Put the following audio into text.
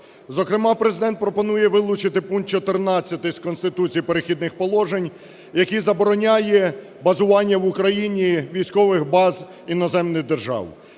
Зокрема, Президент пропонує вилучити пункт 14 з Конституції "Перехідних положень", який забороняє базування в Україні військових баз іноземних держав.